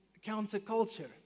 Counterculture